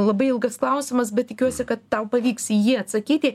labai ilgas klausimas bet tikiuosi kad tau pavyks į jį atsakyti